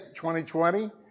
2020